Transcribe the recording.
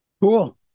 Cool